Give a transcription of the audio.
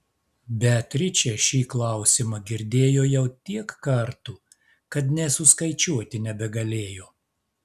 beatričė šį klausimą girdėjo jau tiek kartų kad nė suskaičiuoti nebegalėjo